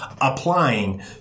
applying